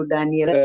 Daniel